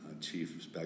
Chief